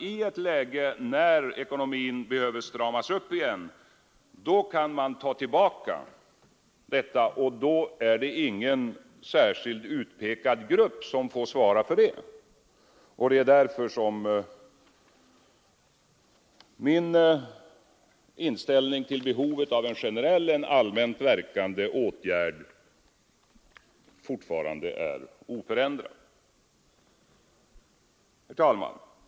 I ett läge då ekonomin behöver stramas åt igen kan man nämligen ta tillbaka den utan att någon särskilt utpekad grupp drabbas. Det är därför som min inställning till behovet av en generell, allmänt verkande åtgärd är oförändrad. Herr talman!